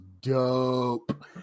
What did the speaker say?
dope